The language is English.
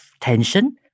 tension